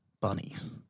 bunnies